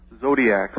zodiac